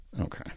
Okay